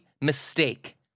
mistake